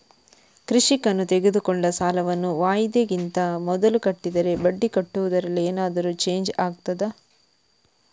ಕೃಷಿಕನು ತೆಗೆದುಕೊಂಡ ಸಾಲವನ್ನು ವಾಯಿದೆಗಿಂತ ಮೊದಲೇ ಕಟ್ಟಿದರೆ ಬಡ್ಡಿ ಕಟ್ಟುವುದರಲ್ಲಿ ಏನಾದರೂ ಚೇಂಜ್ ಆಗ್ತದಾ?